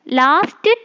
last